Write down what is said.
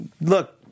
look